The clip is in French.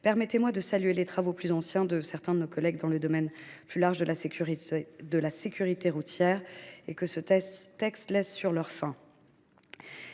Permettez moi de saluer les travaux antérieurs de certains de nos collègues dans le domaine plus large de la sécurité routière, que ce texte laisse sur leur faim.